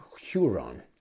Huron